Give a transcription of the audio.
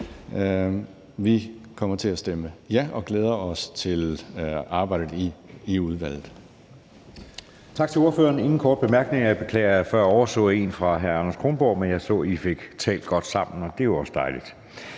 Vi kommer til at stemme for og glæder os til arbejdet i udvalget.